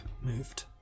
moved